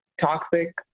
toxic